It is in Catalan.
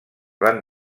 van